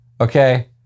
Okay